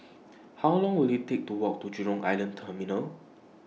How Long Will IT Take to Walk to Jurong Island Terminal